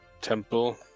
temple